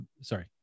sorry